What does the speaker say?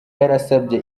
yarasabye